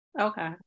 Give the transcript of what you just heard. Okay